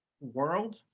world